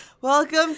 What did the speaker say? Welcome